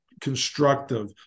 constructive